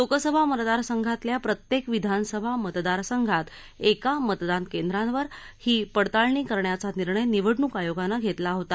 लोकसभा मतदारसंघातल्या प्रत्येक विधानसभा मतदारसंघात एका मतदानकेंद्रावर ही पडताळणी करण्याचा निर्णय निवडणूक आयोगानं घेतला होता